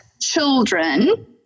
children